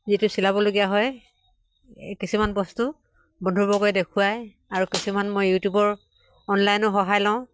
যিটো চিলাবলগীয়া হয় কিছুমান বস্তু বন্ধুবৰ্গই দেখুৱাই আৰু কিছুমান মই ইউটিউবৰ অনলাইনো সহায় লওঁ